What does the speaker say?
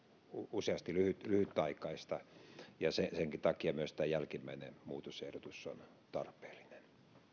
useasti lyhytaikaista ja sen takia myös tämä jälkimmäinen muutosehdotus on tarpeellinen